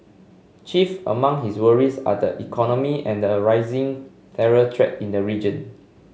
chief among his worries are the economy and arising terror threat in the region